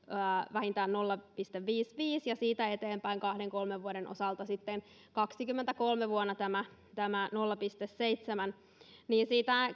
vähintään nolla pilkku viisikymmentäviisi ja siitä eteenpäin kahden kolmen vuoden osalta sitten vuonna kaksikymmentäkolme tämä nolla pilkku seitsemän niin